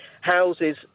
Houses